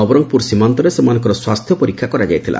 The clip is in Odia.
ନବରଙ୍ଙପୁର ସୀମାନ୍ଡରେ ସେମାନଙ୍କର ସ୍ୱାସ୍ଥ୍ୟ ପରୀକ୍ଷା କରାଯାଇଥିଲା